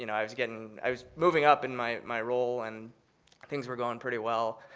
you know i was getting i was moving up in my my role, and things were going pretty well,